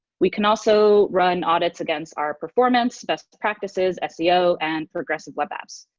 we can also run audits against our performance, best practices, seo, and progressive web apps,